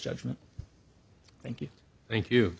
judgment thank you thank you